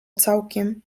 całkiem